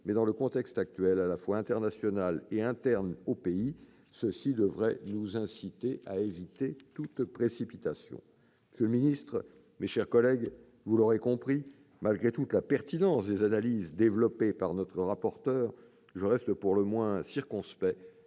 mais le contexte actuel, à la fois sur le plan international et sur le plan interne, devrait nous inciter à éviter toute précipitation. Monsieur le secrétaire d'État, mes chers collègues, vous l'aurez compris, malgré toute la pertinence des analyses développées par notre rapporteur, je reste pour le moins circonspect